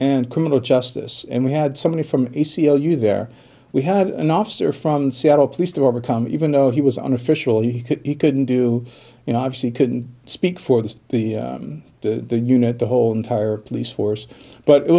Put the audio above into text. and criminal justice and we had somebody from a c l u there we had an officer from seattle police to overcome even though he was an official he couldn't do you know obviously couldn't speak for the the unit the whole entire police force but it